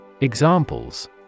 Examples